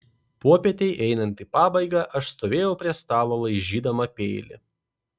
popietei einant į pabaigą aš stovėjau prie stalo laižydama peilį